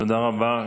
תודה רבה.